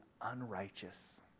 unrighteous